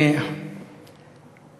חבר הכנסת טיבי.